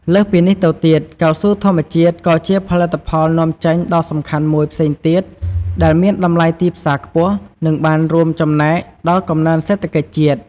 លើសពីនេះទៅទៀត កៅស៊ូធម្មជាតិ ក៏ជាផលិតផលនាំចេញដ៏សំខាន់មួយផ្សេងទៀត ដែលមានតម្លៃទីផ្សារខ្ពស់ និងបានរួមចំណែកដល់កំណើនសេដ្ឋកិច្ចជាតិ។